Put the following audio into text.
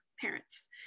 parents